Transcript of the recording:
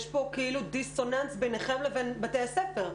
יש פה כאילו דיסוננס ביניכם לבין בתי הספר.